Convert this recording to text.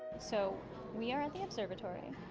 so we are at the observatory,